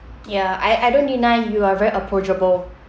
ya I I don't deny you are very approachable